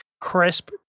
crisp